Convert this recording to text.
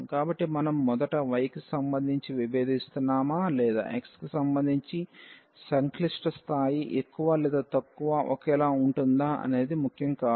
కాబట్టి మనం మొదట y కి సంబంధించి విభేదిస్తున్నామా లేదా x కి సంబంధించి సంక్లిష్టత స్థాయి ఎక్కువ లేదా తక్కువ ఒకేలా ఉంటుందా అనేది ముఖ్యం కాదు